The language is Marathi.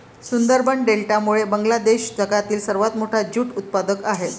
सुंदरबन डेल्टामुळे बांगलादेश जगातील सर्वात मोठा ज्यूट उत्पादक आहे